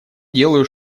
делаю